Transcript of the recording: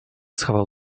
schował